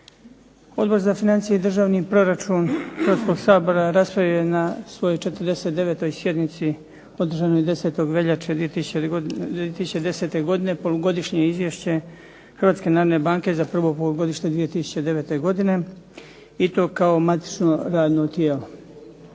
Odbor za financije i državni proračun Hrvatskog sabora raspravio je na svojoj 49. sjednici održanoj 10. veljače 2010. godine polugodišnje Izvješće Hrvatske narodne banke za prvo polugodište 2009. godine i to kao matično radno tijelo.